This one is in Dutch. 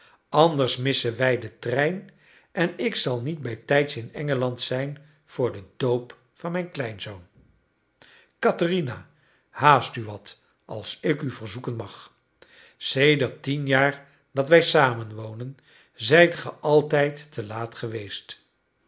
anders missen wij den trein en ik zal niet bijtijds in engeland zijn voor den doop van mijn kleinzoon katherina haast u wat als ik u verzoeken mag sedert tien jaar dat wij samen wonen zijt ge altijd te laat geweest